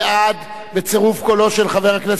בצירוף קולו של חבר הכנסת דוד רותם,